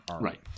right